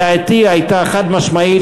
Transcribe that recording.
דעתי הייתה חד-משמעית,